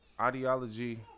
ideology